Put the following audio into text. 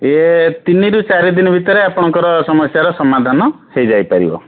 ଇଏ ତିନିରୁ ଚାରି ଦିନ ଭିତରେ ଆପଣଙ୍କର ସମସ୍ୟାର ସମାଧାନ ହେଇଯାଇପାରିବ